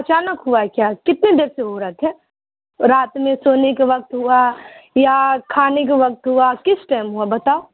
اچانک ہوا ہے کیا کتنی دیر سے ہو رہے تھے رات میں سونے کے وقت ہوا یا کھانے کے وقت ہوا کس ٹائم ہوا بتاؤ